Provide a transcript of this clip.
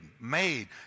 made